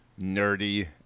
nerdy